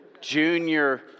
junior